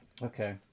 Okay